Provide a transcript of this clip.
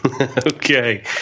Okay